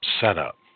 setup